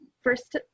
First